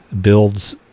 builds